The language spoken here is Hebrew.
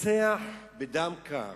רוצח בדם קר